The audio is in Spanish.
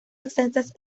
extensas